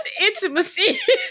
intimacy